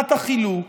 ופעולת החילוק,